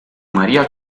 maria